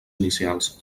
inicials